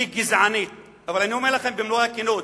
כגזענית, אבל אני אומר לכם במלוא הכנות,